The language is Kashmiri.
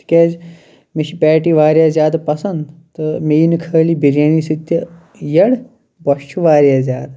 تکیازِ مےٚ چھِ پیٹی واریاہ زیادٕ پسنٛد تہٕ مےٚ یی نہٕ خٲلی بِریانی سۭتۍ تہِ یڈ بۄچھِ چھِ واریاہ زیادٕ